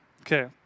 Okay